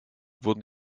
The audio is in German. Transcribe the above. wurden